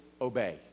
obey